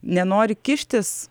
nenori kištis